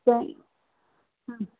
त हम्म